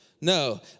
No